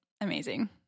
amazing